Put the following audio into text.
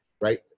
Right